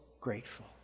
grateful